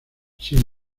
sin